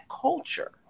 culture